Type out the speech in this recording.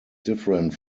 different